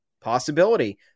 Possibility